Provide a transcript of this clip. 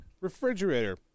refrigerator